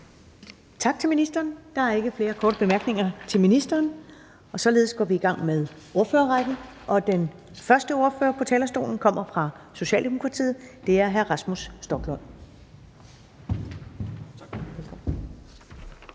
Tak til ministeren. Der er ikke flere korte bemærkninger til ministeren. Således går vi i gang med ordførerrækken, og den første ordfører på talerstolen kommer fra Socialdemokratiet, og det er hr. Rasmus Stoklund.